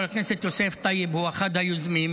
חבר הכנסת יוסף טייב הוא אחד היוזמים,